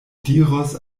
diros